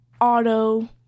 auto